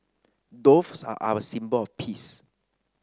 doves are a symbol of peace